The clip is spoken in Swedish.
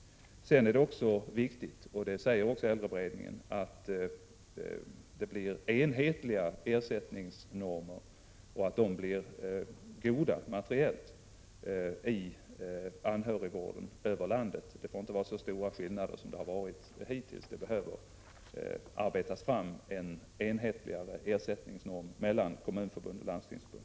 Det är dessutom viktigt, vilket också äldreberedningen framhåller, att ersättningsnormerna i anhörigvården blir enhetliga över landet och att dessa blir materiellt goda. Det får inte vara så stora skillnader som det hittills har varit fråga om. Det behöver arbetas fram en enhetligare norm för ersättning mellan kommunförbund och landstingsförbund.